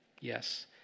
Yes